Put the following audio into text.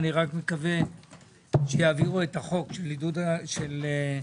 אני רק מקווה שיעבירו את החוק של עידוד של העדפת